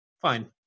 fine